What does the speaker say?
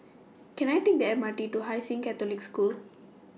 Can I Take The M R T to Hai Sing Catholic School